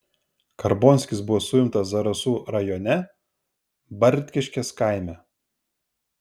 karbonskis buvo suimtas zarasų rajone bartkiškės kaime